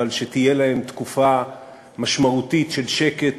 אבל שתהיה להם תקופה משמעותית של שקט,